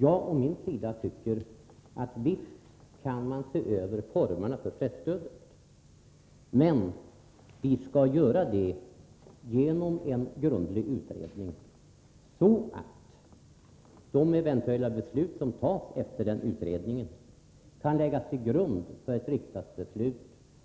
Jag å min sida tycker att man visst kan se över formerna för presstödet, men vi skall göra det genom en grundlig utredning, så att de eventuella beslut som fattas efter den utredningen kan läggas till grund för ett riksdagsbeslut